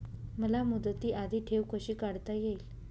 मला मुदती आधी ठेव कशी काढता येईल?